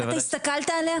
אתה הסתכלת עליה?